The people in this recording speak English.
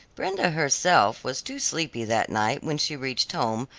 brenda, herself, was too sleepy that night when she reached home,